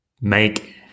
Make